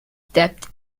depth